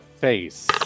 face